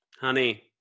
Honey